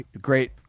Great